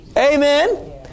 Amen